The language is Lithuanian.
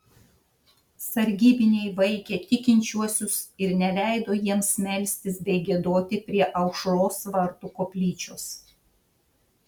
sargybiniai vaikė tikinčiuosius ir neleido jiems melstis bei giedoti prie aušros vartų koplyčios